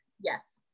Yes